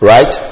Right